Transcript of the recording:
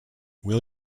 will